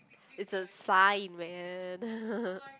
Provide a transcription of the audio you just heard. it's a sign man